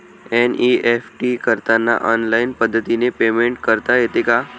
NEFT करताना online पद्धतीने payment करता येते का?